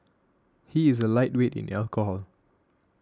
he is a lightweight in alcohol